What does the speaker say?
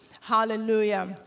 Hallelujah